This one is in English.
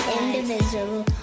indivisible